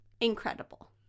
incredible